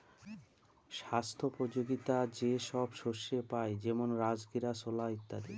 স্বাস্থ্যোপযোগীতা যে সব শস্যে পাই যেমন রাজগীরা, ছোলা ইত্যাদি